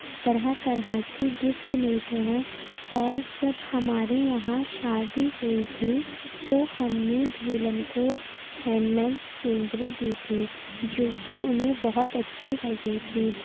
طرح طرح کی گفٹ ملتے ہیں اور جب ہمارے یہاں شادی ہوئی تھی تو ہم نے دولہن کو ہینڈ میڈ سینری دی تھی جو کہ انہیں بہت اچھی لگی تھیں